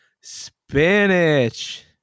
Spinach